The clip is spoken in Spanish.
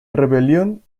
rebelión